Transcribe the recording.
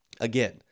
Again